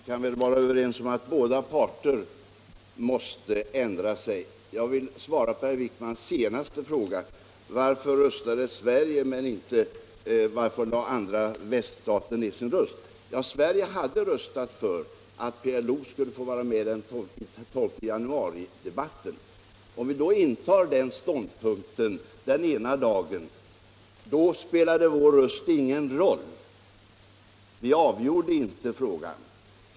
Herr talman! Vi kan väl vara överens om att båda parter måste ändra sig. Jag vill svara på herr Wijkmans senaste fråga om varför Sverige röstade men andra väststater lade ned sin röst. Sverige ingick i den majoritet i säkerhetsrådet som var för att PLO skulle få delta i debatten den 12 januari. När vi intog den ståndpunkten spelade vår röst ingen roll; den avgjorde inte frågan.